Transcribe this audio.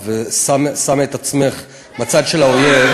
שאת מצטרפת למשט ה"מרמרה" ושמה את עצמך בצד של האויב,